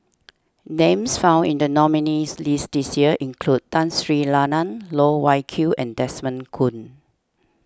names found in the nominees' list this year include Tun Sri Lanang Loh Wai Kiew and Desmond Kon